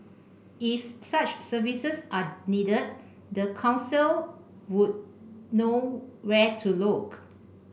if such services are needed the council would know where to look